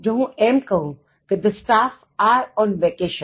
જો હું એમ કહું કે the staff are on vacation